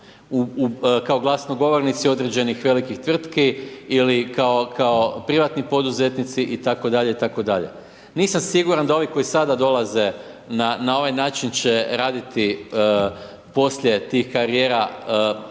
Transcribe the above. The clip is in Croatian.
kao glasnogovornici određenih velikih tvrtki ili kao privatni poduzetnici, itd. itd. Nisam siguran da ovi koji sada dolaze, na ovaj način će raditi poslije tih karijera i da